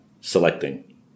Selecting